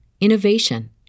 innovation